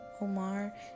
Omar